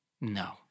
No